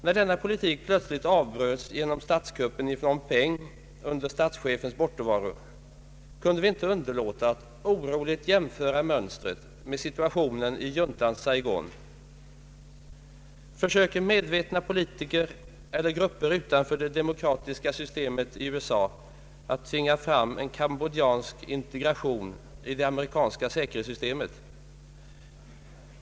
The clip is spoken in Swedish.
När denna politik plötsligt avbröts genom statskuppen i Pnom Penh under statschefens bortovaro kunde vi inte underlåta att oroligt jämföra mönstret med situationen i juntans Saigon. Försöker medvetna politiker eller grupper utanför det demokratiska systemet i USA att tvinga fram en kambodjansk integration i det amerikanska säkerhetssystemet?